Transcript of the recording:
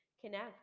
connect